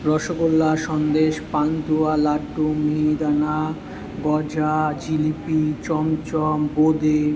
rasgulla sandesh pantua laddu mihidana gaja jalebi chamcham বোঁদে